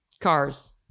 Cars